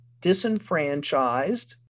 disenfranchised